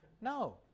No